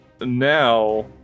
now